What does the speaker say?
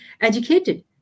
educated